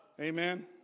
Amen